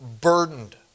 burdened